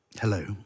Hello